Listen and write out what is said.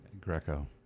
Greco